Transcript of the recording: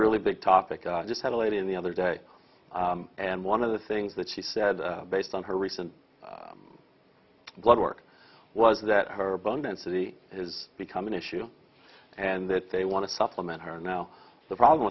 really big topic i just had a lady in the other day and one of the things that she said based on her recent bloodwork was that her bone density has become an issue and that they want to supplement her now the problem